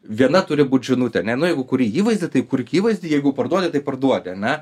viena turi būt žinutė ar ne nu jeigu kuri įvaizdį tai kur įvaizdį jeigu parduodi tai parduodi ane